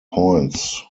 points